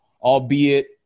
albeit